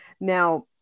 Now